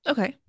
Okay